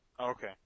Okay